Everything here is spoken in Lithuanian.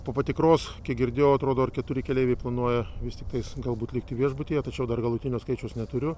po patikros kiek girdėjau atrodo ar keturi keleiviai planuoja vis tikrais galbūt likti viešbutyje tačiau dar galutinio skaičiaus neturiu